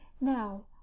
Now